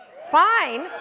fine!